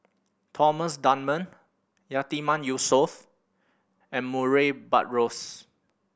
Thomas Dunman Yatiman Yusof and Murray Buttrose